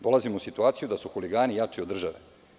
Dolazimo u situaciju da su huligani jači od države.